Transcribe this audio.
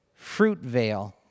Fruitvale